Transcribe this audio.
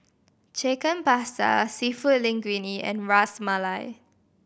Chicken Pasta Seafood Linguine and Ras Malai